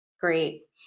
Great